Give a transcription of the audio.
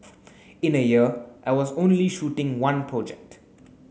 in a year I was only shooting one project